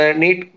need